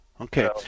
Okay